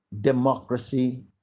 democracy